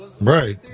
Right